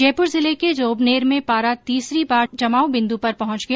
जयपुर जिले के जोबनेर में पारा तीसरी बार जमाव बिन्दू पर पहुंच गया